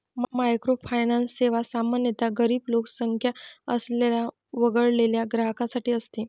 microfinance सेवा सामान्यतः गरीब लोकसंख्या असलेल्या वगळलेल्या ग्राहकांसाठी असते